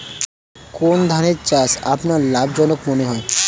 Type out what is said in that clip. কোন ধানের চাষ আপনার লাভজনক মনে হয়?